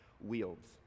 wields